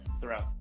throughout